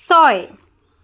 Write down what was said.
ছয়